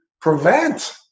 prevent